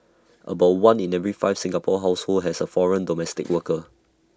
about one in every five Singapore households has A foreign domestic worker